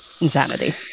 Insanity